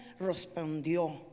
respondió